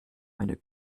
eine